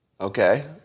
Okay